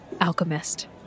Alchemist